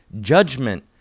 judgment